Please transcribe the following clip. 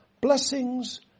Blessings